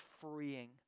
freeing